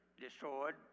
destroyed